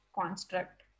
construct